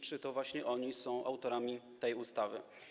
Czy to właśnie oni są autorami tej ustawy?